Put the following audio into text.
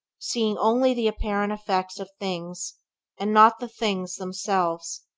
seeing only the apparent effects of things and not the things themselves,